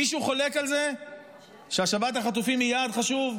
מישהו חולק על זה שהשבת החטופים היא יעד חשוב?